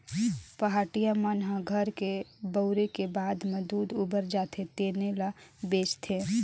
पहाटिया मन ह घर के बउरे के बाद म दूद उबर जाथे तेने ल बेंचथे